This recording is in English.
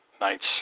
night's